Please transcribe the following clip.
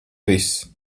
viss